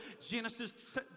Genesis